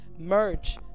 merch